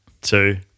two